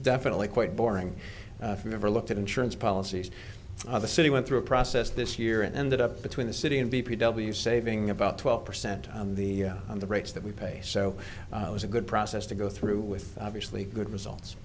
definitely quite boring if you never looked at insurance policies the city went through a process this year and ended up between the city and d p w saving about twelve percent on the on the rates that we pay so it was a good process to go through with obviously good results